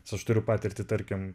nes aš turiu patirtį tarkim